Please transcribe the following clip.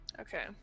Okay